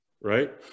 right